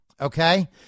Okay